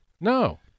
No